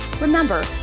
Remember